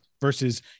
versus